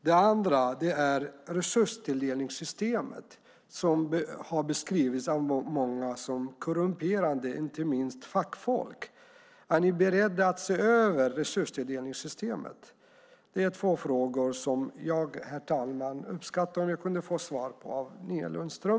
Den andra gäller resurstilldelningssystemet, som av många har beskrivits som korrumperande, inte minst av fackfolk. Är ni beredda att se över resurstilldelningssystemet? Detta är två frågor som jag uppskattar om jag kan få svar på av Nina Lundström.